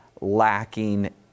lacking